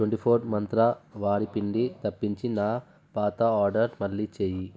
twenty four మంత్ర వారి పిండి తప్పించి నా పాత ఆర్డర్ మళ్ళీ చేయి